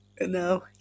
no